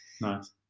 Nice